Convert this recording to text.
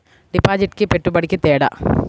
డిపాజిట్కి పెట్టుబడికి తేడా?